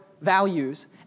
values